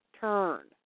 turn